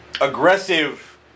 aggressive